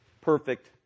perfect